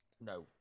no